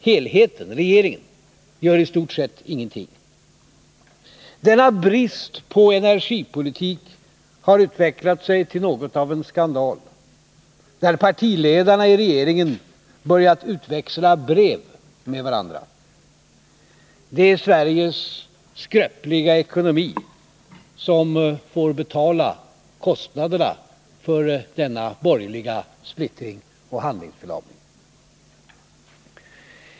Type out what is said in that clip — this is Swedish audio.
Helheten, regeringen, gör i stort sett ingenting. Denna brist på energipolitik har utvecklat sig till något av en skandal, där partiledarna i regeringen börjat utväxla brev med varandra. Det är Sveriges skröpliga ekonomi som får betala kostnaderna för denna borgerliga splittring och handlingsförlamning.